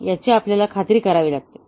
याची आपल्याला खात्री करावी लागेल